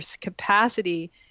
capacity